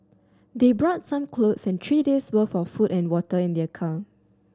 they brought some clothes and three days' worth of food and water in their car